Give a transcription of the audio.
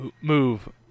move